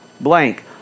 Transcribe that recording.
blank